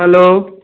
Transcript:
hello